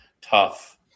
tough